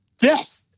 Yes